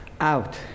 Out